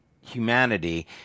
humanity